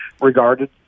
regarded